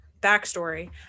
backstory